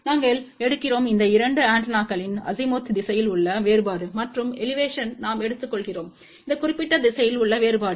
நாங்கள் எடுக்கிறோம் இந்த 2 ஆண்டெனாக்களின் அசிமுத் திசையில் உள்ள வேறுபாடு மற்றும் எலிவேஷன் நாம் எடுத்துக்கொள்கிறோம் இந்த குறிப்பிட்ட திசையில் உள்ள வேறுபாடு